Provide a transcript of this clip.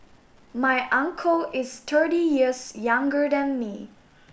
my uncle is thirty years younger than me